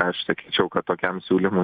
aš sakyčiau kad tokiam siūlymui